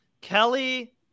Kelly